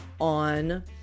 on